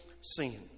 sin